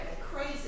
crazy